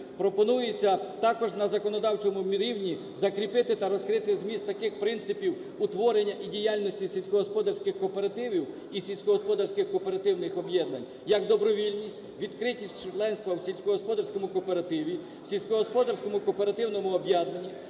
пропонується також на законодавчому рівні закріпити та розкрити зміст таких принципів утворення і діяльності сільськогосподарських кооперативів і сільськогосподарських кооперативних об'єднань, як добровільність, відкритість членства в сільськогосподарському кооперативі, сільськогосподарському кооперативному об'єднанні,